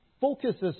focuses